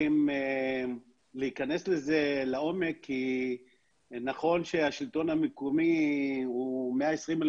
להיכנס לזה לעומק כי נכון שהשלטון המקומי הוא 120,000